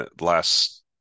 last